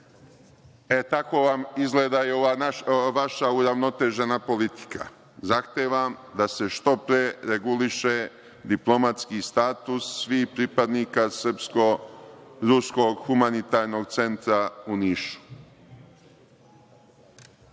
e, tako vam izgleda i ova vaša uravnotežena politika. Zahtevam da se što pre reguliše diplomatski status svih pripadnika Srpsko-ruskog humanitarnog centra u Nišu. Pet